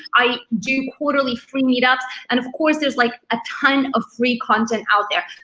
i do quarterly free meetups. and of course, there's like a ton of free content out there.